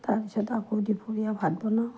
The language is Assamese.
তাৰপাছত আকৌ দুপৰীয়া ভাত বনাওঁ